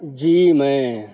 جی میں